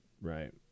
Right